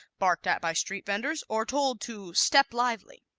barked at by street vendors, or told to step lively.